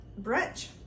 brunch